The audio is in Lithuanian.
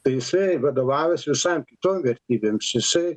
tai jisai vadovavęs visam kitom vertybėm jis jisai